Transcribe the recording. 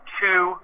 two